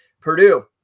Purdue